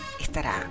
estará